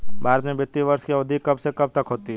भारत में वित्तीय वर्ष की अवधि कब से कब तक होती है?